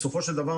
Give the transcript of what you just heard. בסופו של דבר,